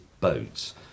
boats